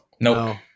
Nope